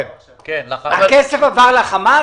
הכסף עבר לחמ"ת?